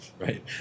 right